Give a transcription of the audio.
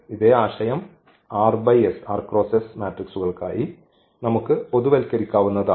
ഇതേ ആശയം മാട്രിക്സുകൾക്കായി നമുക്ക് പൊതുവത്കരിക്കാവുന്നതാണ്